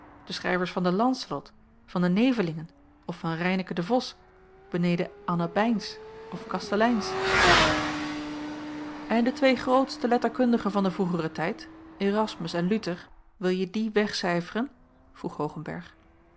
de schrijvers van de ans wat van de nevelingen of van reineken de vos beneden anna bijns of casteleyns en de twee grootste letterkundigen van den vroegeren tijd erasmus en luther wil je die wegcijferen vroeg hoogenberg